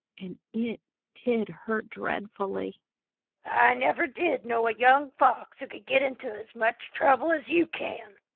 and it did hurt dreadfully. i never did know a young fox who could get into as much trouble as you can!